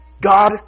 God